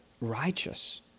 righteous